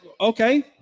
Okay